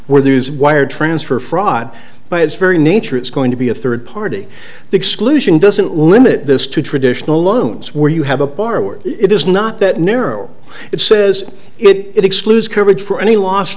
where there's wire transfer fraud by its very nature it's going to be a third party exclusion doesn't limit this to traditional loans where you have a borrower it is not that narrow it it says it excludes coverage for any los